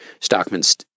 Stockman's